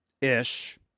ish